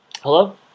Hello